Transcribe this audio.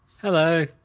Hello